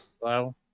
Hello